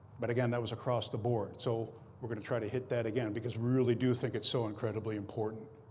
but again, that was across the board. so we're going to try to hit that again, because we really do think it's so incredibly important.